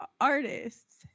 artists